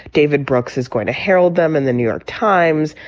david brooks is going to herald them in the new york times.